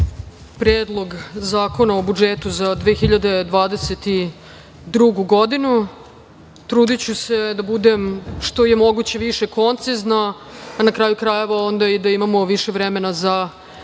Predlog zakona o budžetu za 2022. godinu. Trudiću se da budem što je moguće više koncizna, a na kraju krajeva da imamo i više vremena za